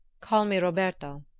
call me roberto,